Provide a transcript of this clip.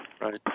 right